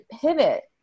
pivot